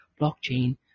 blockchain